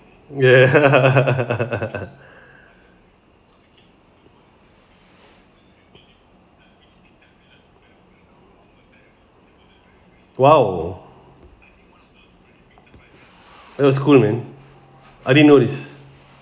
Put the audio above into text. ya !wow! that was cool man I didn't know this